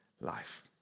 life